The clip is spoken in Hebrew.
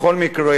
בכל מקרה,